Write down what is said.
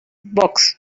box